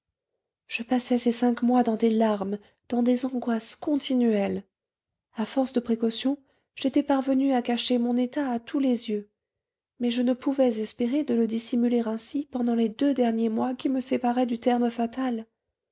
je passai ces cinq mois dans des larmes dans des angoisses continuelles à force de précautions j'étais parvenue à cacher mon état à tous les yeux mais je ne pouvais espérer de le dissimuler ainsi pendant les deux derniers mois qui me séparaient du terme fatal